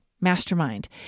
mastermind